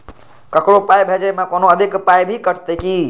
ककरो पाय भेजै मे कोनो अधिक पाय भी कटतै की?